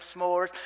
s'mores